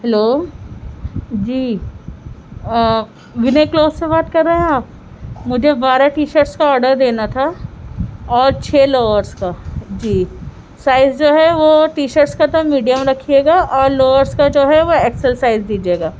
hello جی Vinay cloth سے بات کر رہے ہیں آپ مجھے بارہ ٹی شرٹس کا آڈر دینا تھا اور چھ لوورس کا جی سائز جو ہے وہ ٹی شرٹس کا تو میڈیم رکھیے گا اور لوورس کا جو ہے وہ ایکسل سائز دیجیے گا